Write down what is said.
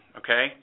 okay